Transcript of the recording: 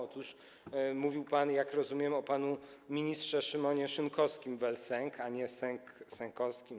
Otóż mówił pan, jak rozumiem, o panu ministrze Szymonie Szynkowskim vel Sęku, a nie Sęk-Sękowskim.